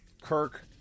Kirk